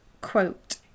quote